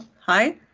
hi